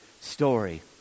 story